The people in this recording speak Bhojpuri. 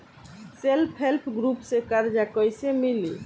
सेल्फ हेल्प ग्रुप से कर्जा कईसे मिली?